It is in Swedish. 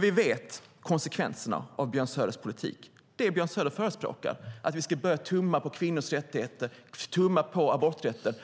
Vi vet konsekvenserna av Björn Söders politik. Det Björn Söder förespråkar är att vi ska börja tumma på kvinnors rättigheter, tumma på aborträtten.